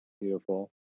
beautiful